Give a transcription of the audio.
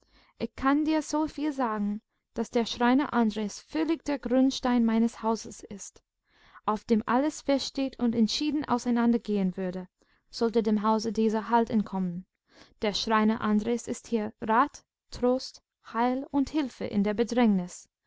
ich kann dir so viel sagen daß der schreiner andres völlig der grundstein meines hauses ist auf dem alles feststeht und entschieden auseinandergehen würde sollte dem hause dieser halt entkommen der schreiner andres ist hier rat trost heil und hilfe in der bedrängnis